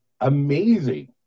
amazing